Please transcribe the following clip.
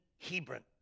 Hebron